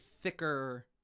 thicker